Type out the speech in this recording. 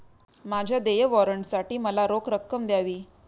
माझ्या देय वॉरंटसाठी मला रोख रक्कम द्यावी